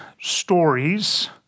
stories